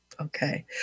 Okay